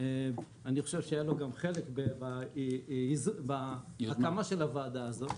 אני חושב שהיה לו גם חלק בהקמה של הוועדה הזו,